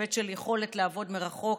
בהיבט של יכולת לעבוד מרחוק,